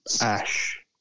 ash